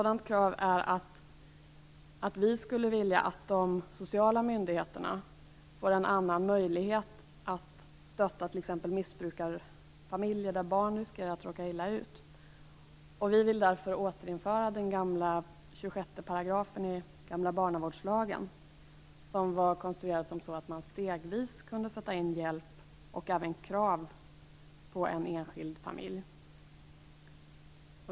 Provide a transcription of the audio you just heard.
Det är att vi skulle vilja att de sociala myndigheterna får en annan möjlighet att stötta t.ex. missbrukarfamiljer där barn riskerar att råka illa ut. Vi vill därför återinföra 26 § i den gamla barnavårdslagen. Den var konstruerad så att man stegvis kunde sätta in hjälp och även ställa krav på en enskild familj.